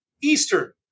Eastern